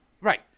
Right